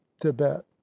Tibet